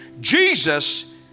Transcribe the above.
Jesus